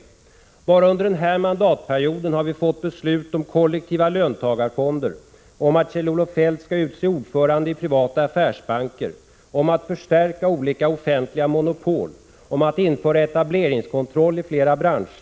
Bara under den här mandatperioden har vi fått beslut om kollektiva löntagarfonder, om att Kjell-Olof Feldt skall utse ordförande i privata affärsbanker, om att förstärka olika offentliga monopol, om att införa etableringskontroll i flera branscher, om = Prot.